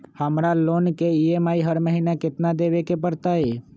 हमरा लोन के ई.एम.आई हर महिना केतना देबे के परतई?